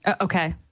Okay